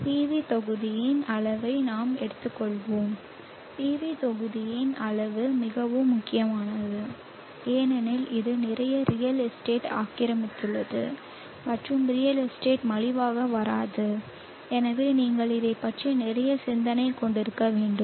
PV தொகுதிகளின் அளவை நாம் எடுத்துக்கொள்வோம் PV தொகுதிகளின் அளவு மிகவும் முக்கியமானது ஏனெனில் இது நிறைய ரியல் எஸ்டேட் ஆக்கிரமித்துள்ளது மற்றும் ரியல் எஸ்டேட் மலிவாக வராது எனவே நீங்கள் இதைப் பற்றி நிறைய சிந்தனை கொடுக்க வேண்டும்